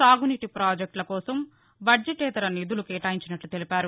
సాగునీటి ప్రాజెక్టుల కోసం బద్జటేతర నిధులు కేటాయించినట్లు తెలిపారు